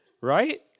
Right